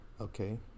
Okay